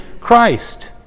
Christ